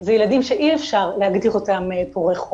זה ילדים שאי אפשר להגדיר אותם פורעי חוק,